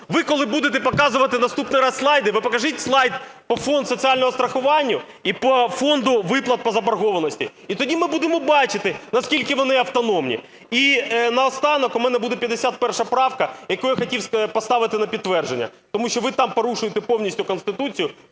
ви коли будете показувати наступний раз слайди, ви покажіть слайд по Фонду соціального страхування і по Фонду виплат по заборгованості. І тоді ми будемо бачити, наскільки вони автономні. І наостанок у мене буде 51 правка яку я хотів поставити на підтвердження тому що ви там порушуєте повністю Конституцію,